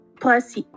plus